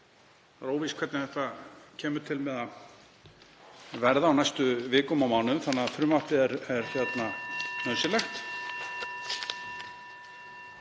Það er óvíst hvernig þetta kemur til með að verða á næstu vikum og mánuðum þannig að frumvarpið er nauðsynlegt.